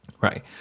Right